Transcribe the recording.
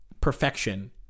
perfection